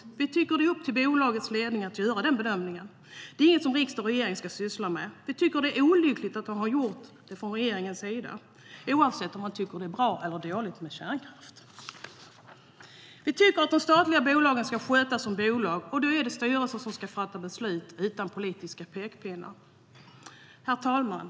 Vi tycker att det är upp till bolagets ledning att göra den bedömningen. Det är inget som riksdag och regering ska syssla med. Vi tycker att det är olyckligt att man har gjort det från regeringens sida, oavsett om man tycker att det är bra eller dåligt med kärnkraft. Vi tycker att de statliga bolagen ska skötas som bolag, och då är det styrelsen som ska fatta beslut utan politiska pekpinnar. Herr talman!